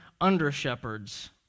under-shepherds